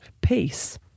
peace